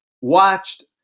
watched